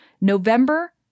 November